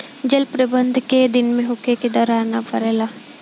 जल प्रबंधन केय दिन में होखे कि दरार न परेला?